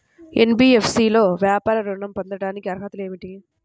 NBFC లో వ్యాపార ఋణం పొందటానికి అర్హతలు ఏమిటీ?